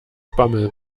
bammel